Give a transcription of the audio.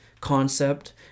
concept